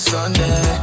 Sunday